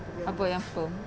apa apa